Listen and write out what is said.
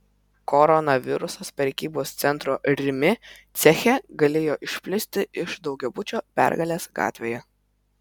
koronavirusas prekybos centro rimi ceche galėjo išplisti iš daugiabučio pergalės gatvėje